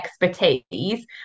expertise